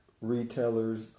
retailers